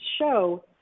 show